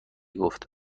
گفت